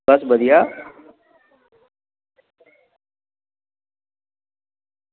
बस बधिया